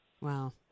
Wow